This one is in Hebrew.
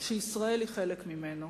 שישראל היא חלק ממנו.